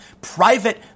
private